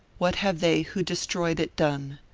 what have they who destroyed it done?